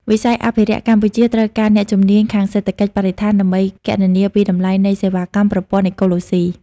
វិស័យអភិរក្សកំពុងត្រូវការអ្នកជំនាញខាងសេដ្ឋកិច្ចបរិស្ថាន ដើម្បីគណនាពីតម្លៃនៃសេវាកម្មប្រព័ន្ធអេកូឡូស៊ី។